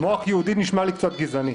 "מוח יהודי" נשמע לי קצת גזעני.